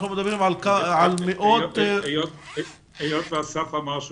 אנחנו מדברים על מאות --- היות ואסף אמר שהוא